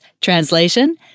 translation